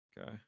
Okay